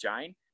Jane